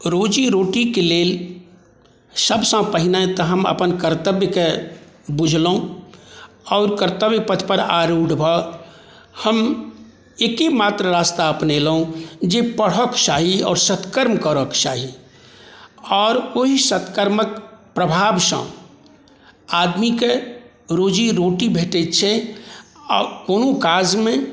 रोजी रोटीके लेल सभसे पहिने तऽ हम अपन कर्तव्यके बुझलहुँ आओर कर्तव्य पथ पर आरूढ़ भऽ हम एके मात्र रास्ता अपनेलहुँ जे पढ़क चाही आओर सतकर्म करऽ के चाही आओर ओहि सतकर्मक प्रभाबसँ आदमीके रोजी रोटी भेटै छै आ कोनो काजमे